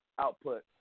output